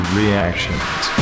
reactions